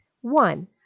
One